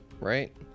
right